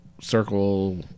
Circle